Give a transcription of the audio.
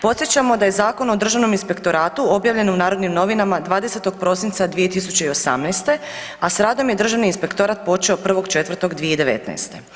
Podsjećamo da je Zakon o državnom inspektoratu objavljen u Narodnim novinama 20. prosinca 2018., a s radom je Državni inspektorat počeo 1.4.2019.